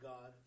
God